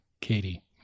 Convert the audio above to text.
Katie